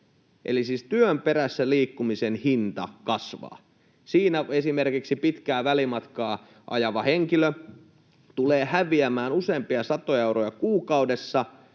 työn perässä liikkumisen hinta kasvaa. Siinä esimerkiksi pitkää välimatkaa ajava henkilö tulee häviämään useampia satoja euroja kuukaudessa,